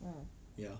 ya